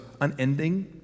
unending